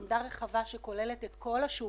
עמדה רחבה שכוללת את כל השוק,